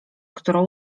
którą